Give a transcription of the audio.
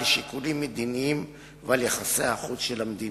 שיקולים מדיניים ועל יחסי החוץ של המדינה.